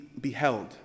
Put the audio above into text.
beheld